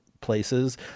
places